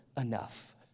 enough